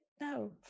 No